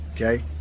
Okay